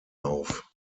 auf